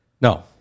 No